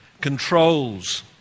controls